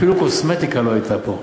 אפילו קוסמטיקה לא הייתה פה.